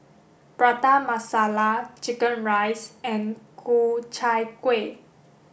Prata Masala chicken rice and Ku Chai Kueh